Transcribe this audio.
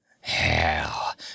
Hell